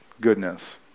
goodness